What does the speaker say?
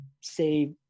say